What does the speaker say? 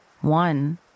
one